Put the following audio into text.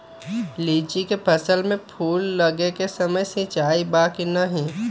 लीची के फसल में फूल लगे के समय सिंचाई बा कि नही?